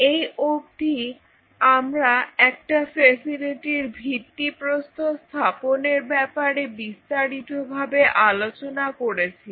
এই অবধি আমরা একটা ফ্যাসিলিটির ভিত্তিপ্রস্তর স্থাপনের ব্যাপারে বিস্তারিতভাবে আলোচনা করেছি